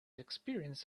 experience